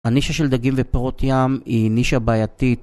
הנישה של דגים ופרות ים היא נישה בעייתית